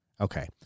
Okay